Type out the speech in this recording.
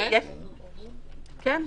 כן?